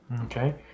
Okay